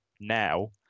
now